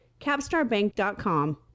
CapstarBank.com